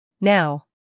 Now